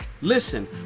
listen